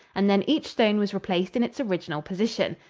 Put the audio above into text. and then each stone was replaced in its original position.